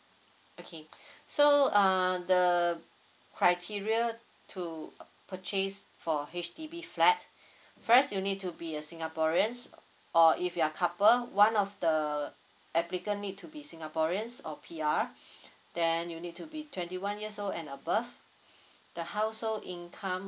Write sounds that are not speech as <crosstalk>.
okay <breath> so uh the criteria to purchase for H_D_B flat <breath> first you need to be a singaporean or if you're couple one of the applicant need to be singaporeans or P_R <breath> then you need to be twenty one years old and above <breath> the household income